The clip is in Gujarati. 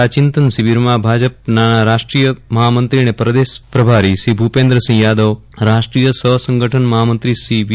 આ ચિંતન શિબિરમાં ભાજપ રાષ્ટ્રીય મહામંત્રી અને પ્રદેશ પ્રભારી શ્રી ભૂપેન્દ્રજી યાદવ રાષ્ટ્રીય સહસંગઠન મહામંત્રી શ્રી વી